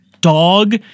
dog